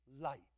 light